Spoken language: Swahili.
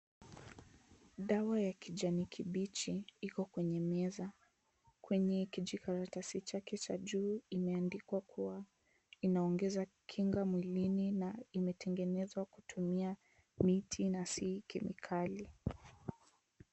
Dawa ya kijani kibichi iko kwenye meza kwenye kijikaratasi chake cha juu imeandikwa kuwa inaongeza kinga mwilini na imetengenezwa kutumia miti na si kemikali.